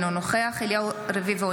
אינו נוכח אליהו רביבו,